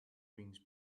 wings